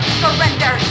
surrender